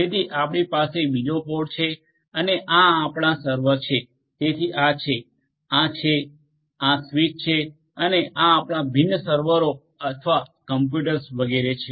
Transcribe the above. તેથી આપણી પાસે બીજો પોડ છે અને આ આપણા સર્વર છે તેથી આ છે આ છે આ સ્વિચ છે અને આ આપણા ભિન્ન સર્વરો અથવા કમ્પ્યુટર્સ વગેરે છે